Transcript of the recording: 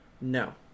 No